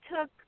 took